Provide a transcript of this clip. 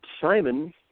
Simon